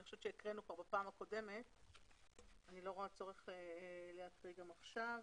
אני חושבת שהקראנו כבר בדיון הקודם ואני לא רואה צורך להקריא גם עכשיו.